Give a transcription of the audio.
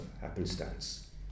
happenstance